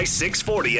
640